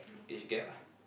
age gap ah